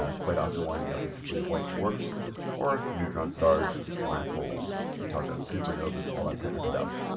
ah quite often winding up as either white dwarfs or neutron stars, black holes, we talk about supernovas, all that kind of stuff.